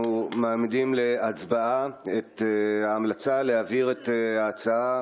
הוועדה המסדרת קבעה את הוועדות הבאות לדיון בהצעות